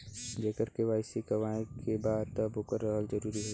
जेकर के.वाइ.सी करवाएं के बा तब ओकर रहल जरूरी हे?